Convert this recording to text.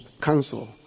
council